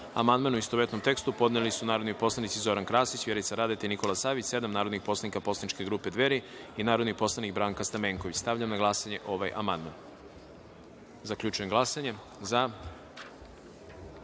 amandman, u istovetnom tekstu, podneli su narodni poslanici Zoran Krasić, Vjerica Radeta i Božidar Delić, sedam narodnih poslanika poslaničke grupe Dveri i narodni poslanik Branka Stamenković. Stavljam na glasanje ovaj amandman. Zaključujem glasanje: za